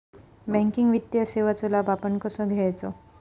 Banking वित्तीय सेवाचो लाभ आपण कसो घेयाचो?